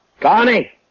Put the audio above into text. Connie